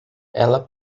ela